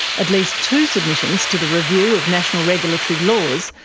at least two submissions to the review of national regulatory laws,